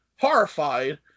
horrified